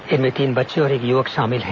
इनमें तीन बच्चे और एक युवक शामिल है